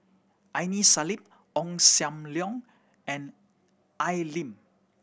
Aini Salim Ong Sam Leong and Al Lim